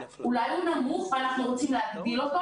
אולי הוא נמוך ואנחנו רוצים להגדיל אותו,